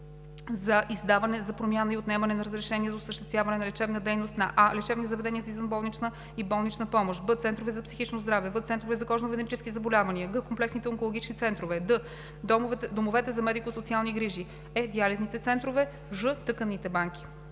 за издаване, за промяна и за отнемане на разрешения за осъществяване на лечебна дейност на: а) лечебни заведения за извънболнична и болнична помощ; б) центровете за психично здраве; в) центровете за кожно-венерически заболявания; г) комплексните онкологични центрове; д) домовете за медико-социални грижи; е) диализните центрове; ж) тъканните банки;